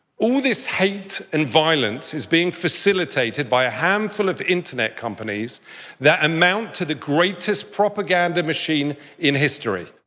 all this hate and violence is being facilitated by a handful of internet companies that amount to the greatest propaganda machine in history.